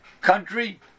country